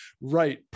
right